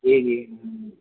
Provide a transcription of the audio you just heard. جی جی ہمم